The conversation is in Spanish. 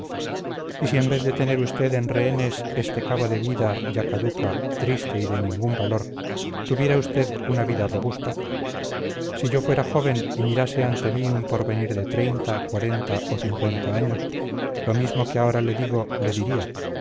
y si en vez de tener usted en rehenes este cabo de vida ya caduca triste y de ningún valor tuviera usted una vida robusta si yo fuera joven y mirase ante mí un porvenir de treinta cuarenta o cincuenta años lo mismo que ahora le digo le diría